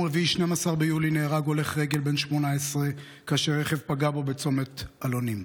רביעי 12 ביולי נהרג הולך רגל בן 18 כאשר רכב פגע בו בצומת אלונים.